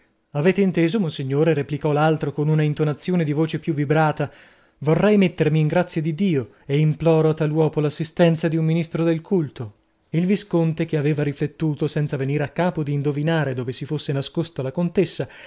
avete inteso monsignore replicò l'altro con una intonazione di voce più vibrata vorrei mettermi in grazia di dio e imploro a tal uopo l'assistenza di un ministro del culto il visconte che aveva riflettuto senza venir a capo di indovinare dove si fosse nascosta la contessa